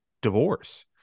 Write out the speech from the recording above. divorce